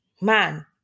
man